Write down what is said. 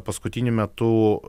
paskutiniu metu